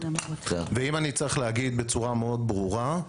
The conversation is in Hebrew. אם אני צריך להגיד בצורה מאוד ברורה,